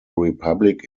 republic